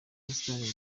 ubusitani